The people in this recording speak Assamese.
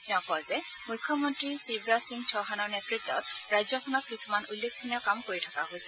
তেওঁ কয় যে মুখ্যমন্ত্ৰী শিৱৰাজ সিং চৌহানৰ নেতৃত্বত ৰাজ্যখনত কিছুমান উল্লেখনীয় কাম কৰি থকা হৈছে